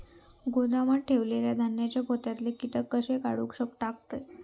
गोदामात ठेयलेल्या धान्यांच्या पोत्यातले कीटक कशे काढून टाकतत?